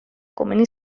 komeni